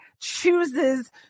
chooses